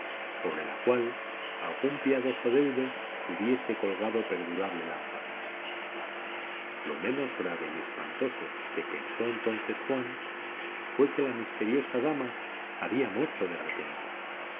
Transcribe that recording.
sobre la cual algún piadoso deudo hubiese colgado perdurable lámpara lo menos grave y espantoso que pensó entonces juan fue que la misteriosa dama había muerto de repente